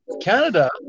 Canada